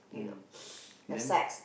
mm then